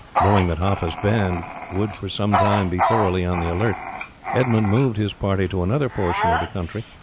knowing that haffa's band would for some time be thoroughly on the alert edmund moved his party to another portion of the country,